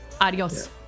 Adios